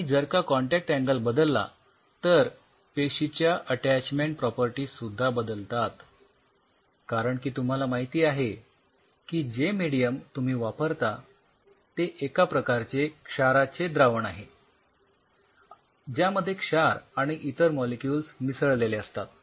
आणि जर का कॉन्टॅक्ट अँगल बदलला तर पेशी च्या अटॅचमेंट प्रॉपर्टीज सुद्धा बदलतात कारण की तुम्हाला माहिती आहे की जे मेडीयम तुम्ही वापरता ते एका प्रकारचे क्षाराचे द्रावण आहे ज्यामध्ये क्षार आणि इतर मॉलिक्युल्स मिसळलेले असतात